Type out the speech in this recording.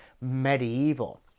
medieval